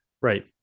right